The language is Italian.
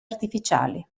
artificiali